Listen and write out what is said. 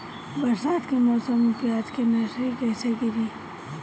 बरसात के मौसम में प्याज के नर्सरी कैसे गिरी?